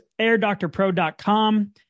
airdoctorpro.com